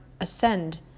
ascend